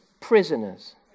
Prisoners